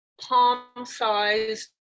palm-sized